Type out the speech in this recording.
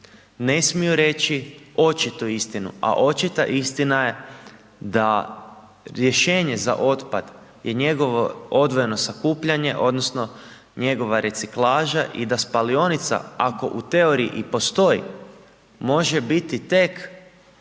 ne smiju reći očitu istinu, a očita istina je da rješenje za otpad i njegovo odvojeno sakupljanje odnosno njegova reciklaža i da spalionica ako u teoriji i postoji može biti tek